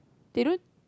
they don't